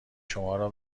شمارا